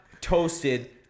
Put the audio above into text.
toasted